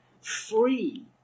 Free